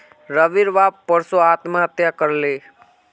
रविर बाप परसो आत्महत्या कर ले